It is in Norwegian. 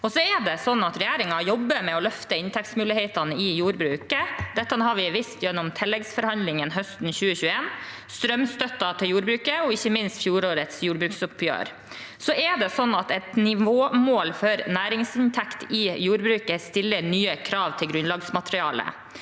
Regjeringen jobber med å løfte inntektsmulighetene i jordbruket. Dette har vi vist gjennom tilleggsforhandlingene høsten 2021, strømstøtte til jordbruket og ikke minst fjorårets jordbruksoppgjør. Et nivåmål for næringsinntekt i jordbruket stiller nye krav til grunnlagsmaterialet.